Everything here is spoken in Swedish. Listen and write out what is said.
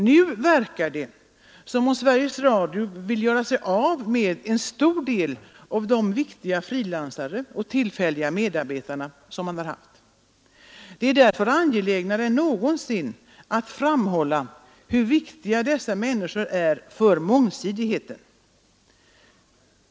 Nu verkar det som om Sveriges Radio vill göra sig av med en stor del av de viktiga frilansarna och tillfälliga medarbetarna. Det är därför angelägnare än någonsin att framhålla hur viktiga dessa medarbetare är för mångsidigheten.